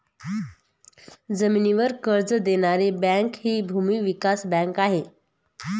जमिनीवर कर्ज देणारी बँक हि भूमी विकास बँक आहे